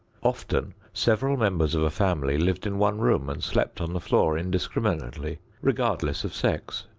often several members of a family lived in one room and slept on the floor indiscriminately, regardless of sex.